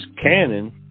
cannon